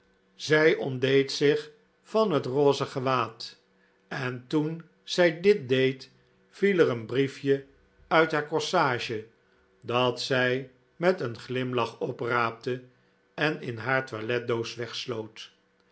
zij ontdeed zich van het rose gewaad en toen zij dit deed viel er een brief je uit haar corsage dat zij met een glimlach opraapte en in haar toiletdoos wegsloot